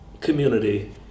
community